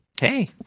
Hey